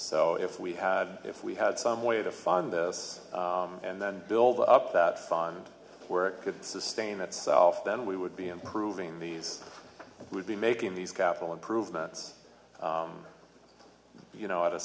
so if we had if we had some way to fund this and then build up that fund where it could sustain itself then we would be improving these would be making these capital improvements you know at a